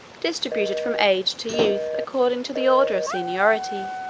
distributed from age to youth, according to the order of seniority.